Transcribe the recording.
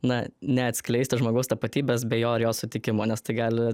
na neatskleisti žmogaus tapatybės be jo ar jos sutikimo nes tai gali